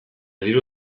diru